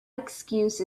excuse